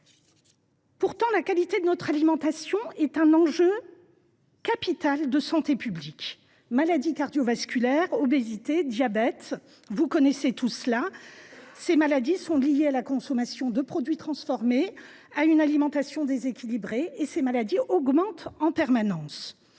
Pourtant, la qualité de notre alimentation est un enjeu capital de santé publique. Maladies cardiovasculaires, obésité, diabète : autant de maladies liées à la consommation de produits transformés ainsi qu’à une alimentation déséquilibrée ; elles augmentent en permanence.